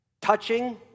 touching